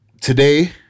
Today